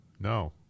no